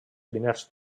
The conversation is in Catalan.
primers